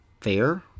fair